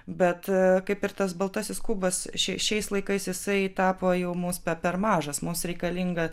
bet kaip ir tas baltasis kubas šiai šiais laikais jisai tapo jau mums per mažas mums reikalinga